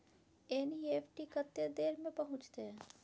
NEFT कत्ते देर में पहुंचतै?